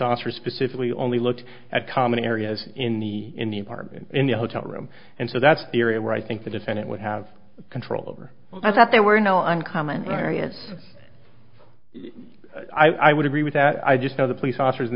officers specifically only looked at common areas in the in the apartment in the hotel room and so that's the area where i think the defendant would have control over that there were no on common areas i would agree with that i just know the police officers in